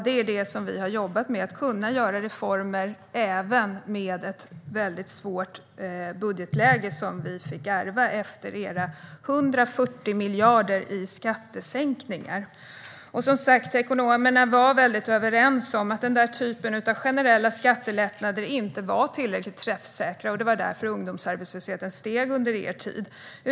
Vi har jobbat med att kunna göra reformer även med ett svårt budgetläge som vi fick ärva efter era 140 miljarder i skattesänkningar. Ekonomerna var som sagt överens om att den där typen av generella skattelättnader inte var tillräckligt träffsäkra, och det var därför ungdomsarbetslösheten steg under er tid.